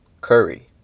Curry